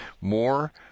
more